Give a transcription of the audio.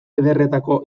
ederretako